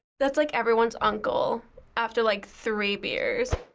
that's like everyone's uncle after like three beers.